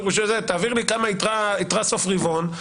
תעביר לי כמה יתרה בסוף רבעון,